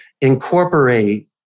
incorporate